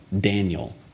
Daniel